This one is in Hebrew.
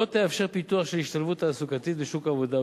לא יאפשר פיתוח של השתלבות תעסוקתית בשוק העבודה,